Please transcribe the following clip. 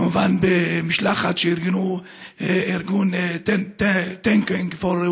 כמובן במשלחת שארגן ארגון Forward Thinking,